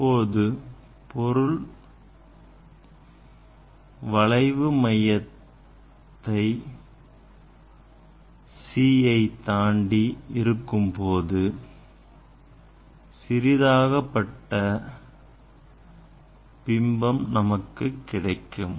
இப்போது பொருள் வளைவு மையத்தை C தாண்டி இருக்கும்பொழுது சிறிதாக்கப்பட்ட பிம்பம் நமக்கு கிடைக்கும்